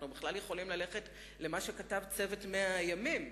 אנחנו בכלל יכולים ללכת למה שכתב צוות 100 הימים.